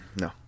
No